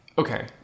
Okay